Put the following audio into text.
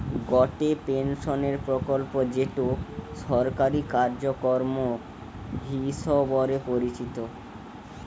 গটে পেনশনের প্রকল্প যেটো সরকারি কার্যক্রম হিসবরে পরিচিত